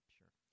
sure